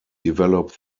develop